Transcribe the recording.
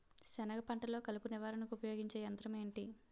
సెనగ పంటలో కలుపు నివారణకు ఉపయోగించే యంత్రం ఏంటి?